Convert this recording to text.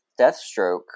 Deathstroke